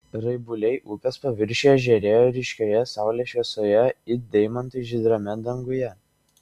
raibuliai upės paviršiuje žėrėjo ryškioje saulės šviesoje it deimantai žydrame danguje